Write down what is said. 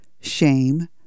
shame